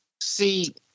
see